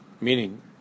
meaning